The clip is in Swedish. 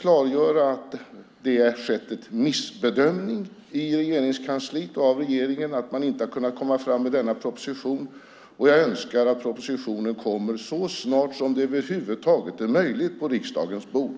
klargöra att det har skett en missbedömning i Regeringskansliet och av regeringen att man inte har kunnat komma fram med denna proposition. Jag önskar också att propositionen så snart som det över huvud taget är möjligt kommer på riksdagens bord.